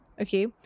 Okay